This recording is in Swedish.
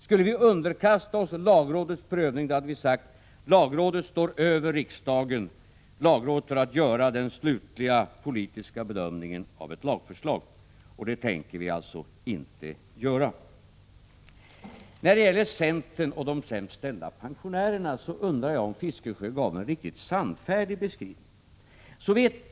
Skulle vi underkasta oss lagrådets prövning, då hade vi sagt: Lagrådet står över riksdagen — lagrådet har att göra den slutliga politiska bedömningen av ett lagförslag. Och det tänker vi alltså inte göra. När det gäller centern och de sämst ställda pensionärerna så undrar jag om Fiskesjö gav en riktigt sannfärdig beskrivning.